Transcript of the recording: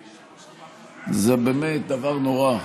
זה באמת דבר נורא.